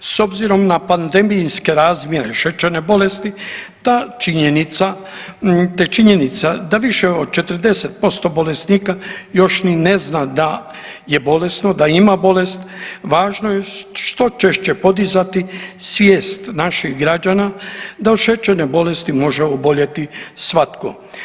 S obzirom na pandemijske razmjere šećerne bolesti te činjenica da više od 40% bolesnika još ni ne zna da je bolesno, da ima bolest važno je što češće podizati svijest naših građana da od šećerne bolesti može oboljeti svatko.